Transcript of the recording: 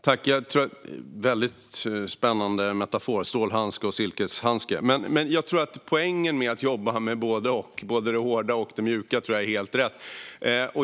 Fru talman! Det var en spännande metafor, stålhandske och silkesvante. Jag tror att poängen med att jobba med både det hårda och det mjuka är helt rätt.